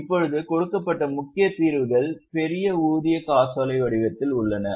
இப்போது கொடுக்கப்பட்ட முக்கிய தீர்வுகள் பெரிய ஊதிய காசோலை வடிவத்தில் உள்ளன